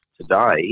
today